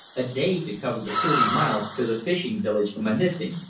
a day to cover the thirty miles to the fishing village of munising,